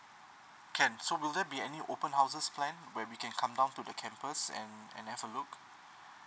can so wuill there be any open houses plan where we can come down to the campus and and have a look